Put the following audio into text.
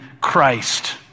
Christ